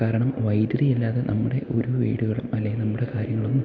കാരണം വൈദ്യുതി ഇല്ലാതെ നമ്മുടെ ഒരു വീടുകളും അല്ലങ്കിൽ നമ്മുടെ കാര്യങ്ങളൊന്നും